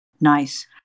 Nice